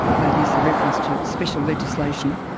that is the reference to special legislation,